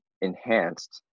enhanced